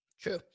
True